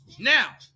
Now